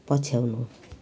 पछ्याउनु